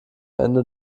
ende